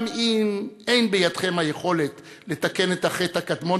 גם אם אין בידכם היכולת לתקן את החטא הקדמון